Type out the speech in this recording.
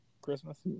Christmas